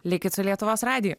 likit su lietuvos radiju